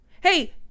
Hey